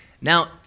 Now